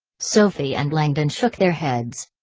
sophie and langdon shook their heads.